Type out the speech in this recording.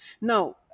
Now